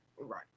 Right